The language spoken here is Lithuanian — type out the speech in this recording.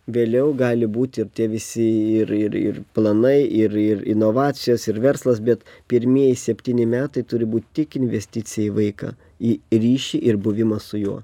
vėliau gali būti ir tie visi ir ir ir planai ir ir inovacijos ir verslas bet pirmieji septyni metai turi būt tik investicija į vaiką į ryšį ir buvimą su juo